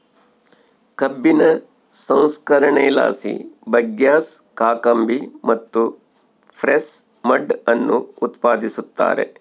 ಕಬ್ಬಿನ ಸಂಸ್ಕರಣೆಲಾಸಿ ಬಗ್ಯಾಸ್, ಕಾಕಂಬಿ ಮತ್ತು ಪ್ರೆಸ್ ಮಡ್ ಅನ್ನು ಉತ್ಪಾದಿಸುತ್ತಾರೆ